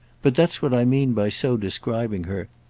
but that's what i mean by so describing her.